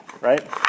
Right